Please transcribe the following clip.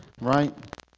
right